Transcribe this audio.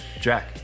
jack